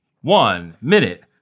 one-minute